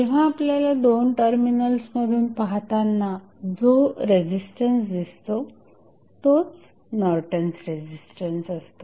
जेव्हा आपल्याला दोन टर्मिनल्समधून पाहताना जो रेझिस्टन्स दिसतो तोच नॉर्टन्स रेझिस्टन्स असतो